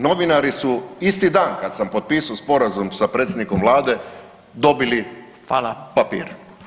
Novinari su isti dan kad sam potpisao sporazum sa predsjednikom vlade dobili [[Upadica: Hvala.]] papire.